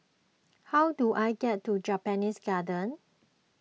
how do I get to Japanese Garden